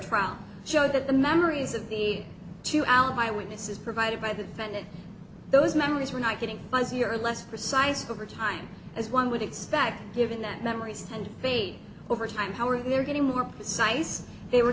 trial showed that the memories of the two alibi witnesses provided by the defendant those memories were not getting fuzzier less precise over time as one would expect given that memories tend to fade over time how are they are getting more precise they were